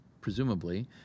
presumably